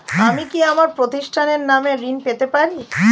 আমি কি আমার প্রতিষ্ঠানের নামে ঋণ পেতে পারি?